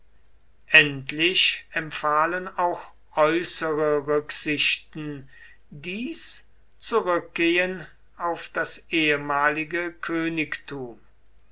endlich empfahlen auch äußere rücksichten dies zurückgehen auf das ehemalige königtum